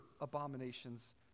abominations